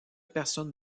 personne